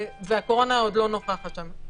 הקורונה עוד לא נוכחת שם.